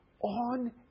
on